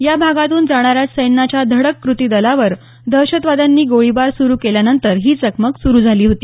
या भागातून जाणाऱ्या सैन्याच्या धडक कृती दलावर दहशतवाद्यांनी गोळीबार सुरु केल्यानंतर ही चकमकम सुरू झाली होती